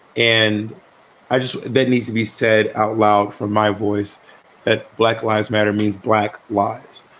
and i just that needs to be said out loud from my voice that black lives matter means black lives,